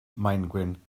maengwyn